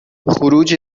خروج